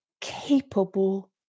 capable